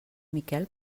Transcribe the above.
miquel